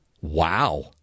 Wow